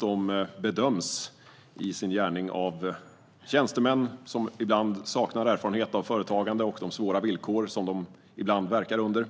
De bedöms i sin gärning av tjänstemän som ibland saknar erfarenhet av företagande och de svåra villkor som företagare ibland verkar under.